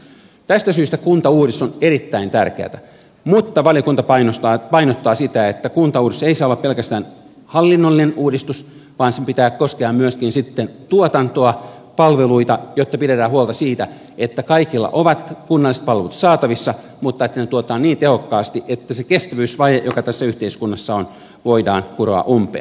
tästä syystä kuntauudistus on erittäin tärkeätä mutta valiokunta painottaa sitä että kuntauudistus ei saa olla pelkästään hallinnollinen uudistus vaan sen pitää koskea myöskin sitten tuotantoa palveluita jotta pidetään huolta siitä että kaikilla on kunnalliset palvelut saatavissa mutta ne tuotetaan niin tehokkaasti että se kestävyysvaje joka tässä yhteiskunnassa on voidaan kuroa umpeen